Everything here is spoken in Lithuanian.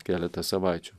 keletą savaičių